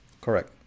Correct